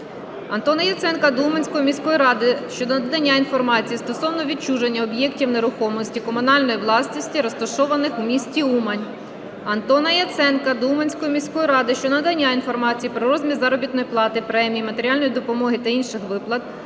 Антона Яценка до Уманської міської ради щодо надання інформації стосовно відчуження об'єктів нерухомості комунальної власності розташованих в місті Умань. Антона Яценка до Уманської міської ради щодо надання інформації про розмір заробітної плати, премій, матеріальної допомоги та інших виплат,